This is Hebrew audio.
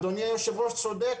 אדוני היושב ראש צודק.